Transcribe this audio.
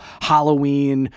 Halloween